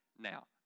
Now